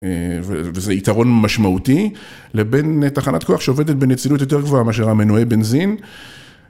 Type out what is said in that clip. וזה יתרון משמעותי לבין תחנת כוח שעובדת בנצילות יותר גבוהה מאשר המנועי בנזין.